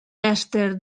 èster